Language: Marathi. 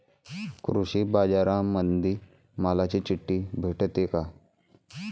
कृषीबाजारामंदी मालाची चिट्ठी भेटते काय?